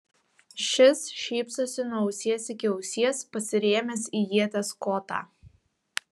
šis šypsosi nuo ausies iki ausies pasirėmęs į ieties kotą